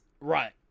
right